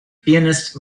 pianist